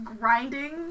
grinding